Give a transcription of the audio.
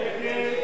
הצעת